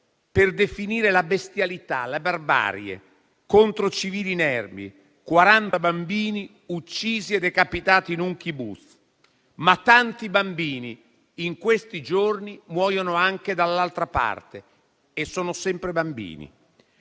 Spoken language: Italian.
per definire la bestialità e la barbarie contro civili inermi, 40 bambini uccisi e decapitati in un *kibbutz*. Tanti bambini però in questi giorni muoiono anche dall'altra parte e sono sempre bambini.